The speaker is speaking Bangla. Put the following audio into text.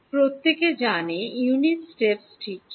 প্রত্যেকে জানে ইউনিট স্টেপস ঠিক কী